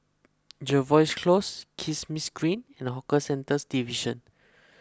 Jervois Close Kismis Green and Hawker Centres Division